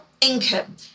income